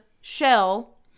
shell